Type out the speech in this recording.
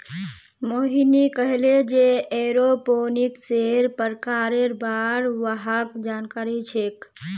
मोहिनी कहले जे एरोपोनिक्सेर प्रकारेर बार वहाक जानकारी छेक